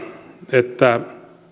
että